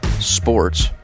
sports